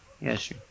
Yes